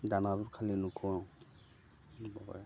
দানাবোৰ খালি নুখোৱাওঁ দুবাৰ